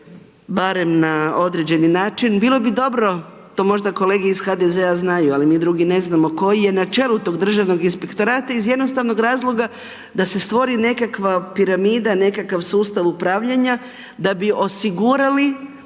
barem na određeni način. Bilo bi dobro, to možda kolege iz HDZ-a znaju, ali mi drugi ne znamo koji je načelu tog Državnog inspektorata, iz jednostavnog razloga, da se stvori nekakva piramida, nekakav sustav upravljanja, da bi osigurali